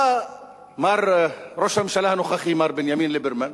בא ראש הממשלה הנוכחי מר בנימין ליברמן,